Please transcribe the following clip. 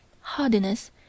Hardiness